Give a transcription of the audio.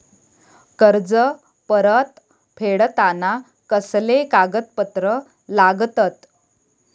कर्ज परत फेडताना कसले कागदपत्र लागतत?